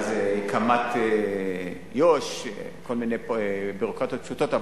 קמ"ט יו"ש וכל מיני ביורוקרטיות פשוטות,